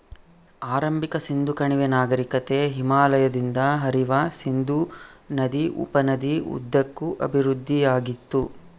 ಆರಂಭಿಕ ಸಿಂಧೂ ಕಣಿವೆ ನಾಗರಿಕತೆ ಹಿಮಾಲಯದಿಂದ ಹರಿಯುವ ಸಿಂಧೂ ನದಿ ಉಪನದಿ ಉದ್ದಕ್ಕೂ ಅಭಿವೃದ್ಧಿಆಗಿತ್ತು